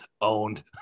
owned